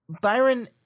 Byron